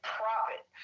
profit